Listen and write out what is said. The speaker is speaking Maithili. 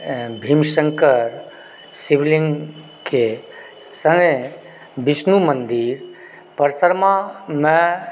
भीमशङ्कर शिवलिङ्गके सङ्गे विष्णु मंदिर परसरमामे